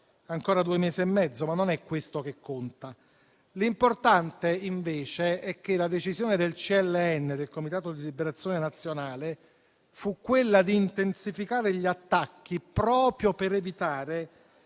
ancora due mesi e mezzo, ma non è questo che conta). L'importante, invece, è che la decisione del CLN, il Comitato di liberazione nazionale, fu quella di intensificare gli attacchi proprio per evitare